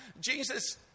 Jesus